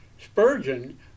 Spurgeon